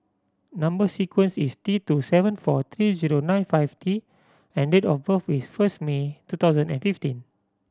number sequence is T two seven four three zero nine five T and date of birth is first May two thousand and fifty